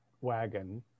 wagon